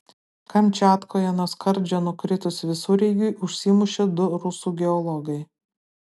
kamčiatkoje nuo skardžio nukritus visureigiui užsimušė du rusų geologai